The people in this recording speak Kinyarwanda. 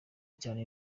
cyane